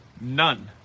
none